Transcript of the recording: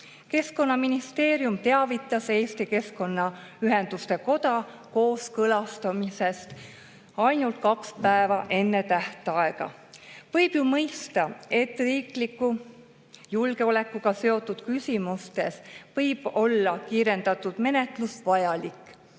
Keskkonnaministeerium teavitas Eesti Keskkonnaühenduste Koda kooskõlastamisest ainult kaks päeva enne tähtaega. Võib ju mõista, et riikliku julgeolekuga seotud küsimustes võib olla kiirendatud menetlus vajalik,